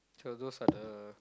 so those are the